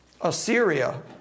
Assyria